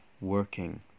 working